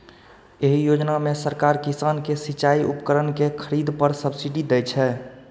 एहि योजना मे सरकार किसान कें सिचाइ उपकरण के खरीद पर सब्सिडी दै छै